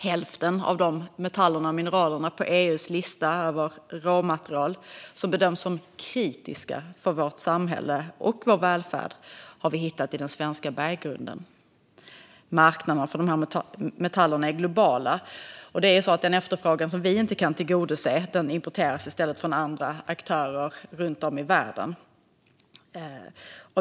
Hälften av metallerna och mineralen på EU:s lista över råmaterial som bedöms som kritiska för vårt samhälle och vår välfärd har vi hittat i den svenska berggrunden. Marknaderna för dessa metaller är globala, och den efterfrågan som vi inte kan tillgodose importeras i stället från andra aktörer runt om i världen.